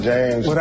James